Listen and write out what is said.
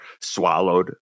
swallowed